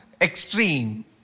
extreme